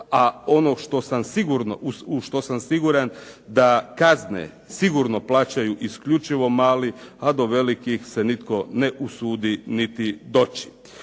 u što sam siguran da kazne sigurno plaćaju isključivo mali, a do velikih se nitko ne usudi niti doći.